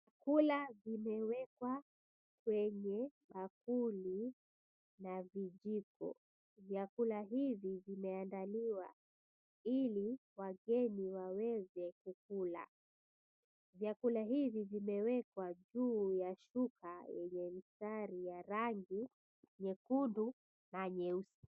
Vyakula imewekwa kwenye bakuli na vijiko. Vyakula hivi vimeandaliwa ili wageni waweze kukula. Vyakula hivi vimewekwa juu ya shuka yenye mstari ya rangi nyekundu na nyeusi.